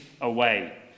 away